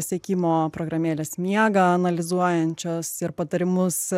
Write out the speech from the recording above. sekimo programėlės miegą analizuojančios ir patarimus